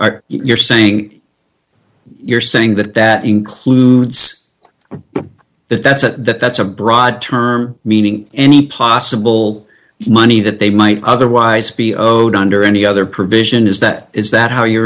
are you're saying you're saying that that includes that that's a that's a broad term meaning any possible money that they might otherwise be o donder any other provision is that is that how you